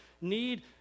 need